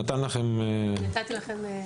מה השם?